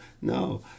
no